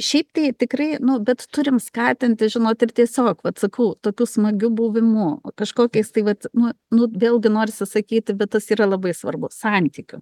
šiaip tai tikrai nu bet turim skatinti žinot ir tiesiog vat sakau tokiu smagiu buvimu kažkokiais tai vat nu nu vėlgi norisi sakyti bet tas yra labai svarbu santykiu